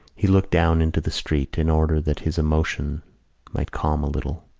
he looked down into the street in order that his emotion might calm a little.